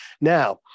Now